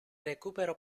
recupero